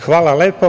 Hvala lepo.